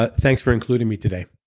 but thanks for including me today.